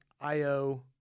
Io